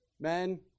Men